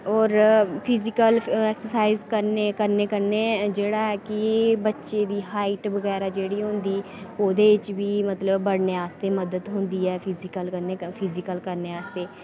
और physical exercise करने कन्नै जेह्ड़ा ऐ कि बच्चे दी हाइट बगैरा जेह्ड़ी होंदी ओह् ओह्दे च बी मतलब बढ़ने आस्तै मदद थ्होंदी ऐ फिजिकल कन्नै फिजिकल करने आस्तै